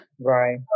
right